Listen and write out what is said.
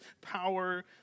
power